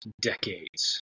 decades